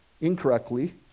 incorrectly